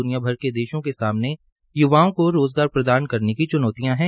द्निया भर के देशों के सामने य्वाओं को रोज़गार प्रदान करने की च्नौतियां है